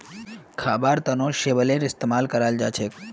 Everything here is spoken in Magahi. खाबार तनों शैवालेर इस्तेमाल कराल जाछेक